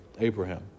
Abraham